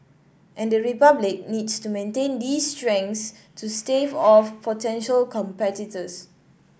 and the Republic needs to maintain these strengths to stave off potential competitors